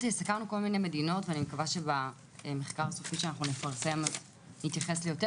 סקרנו כל מיני מדינות ואני מקווה שבמחקר הסופי שנפרסם נתייחס ליותר.